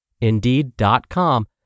Indeed.com